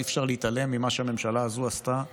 אי-אפשר להתעלם ממה שהממשלה הזו עשתה